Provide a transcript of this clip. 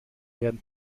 werden